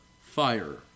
fire